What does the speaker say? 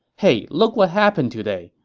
hey look what happened today.